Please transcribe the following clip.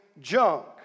junk